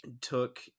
took